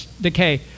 decay